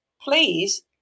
please